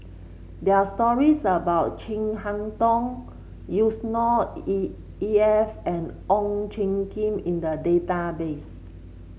there are stories about Chin Harn Tong Yusnor E E F and Ong Tjoe Kim in the database